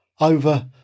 over